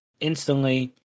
Instantly